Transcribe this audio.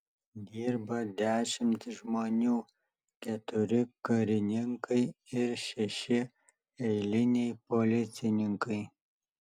dirba dešimt žmonių keturi karininkai ir šeši eiliniai policininkai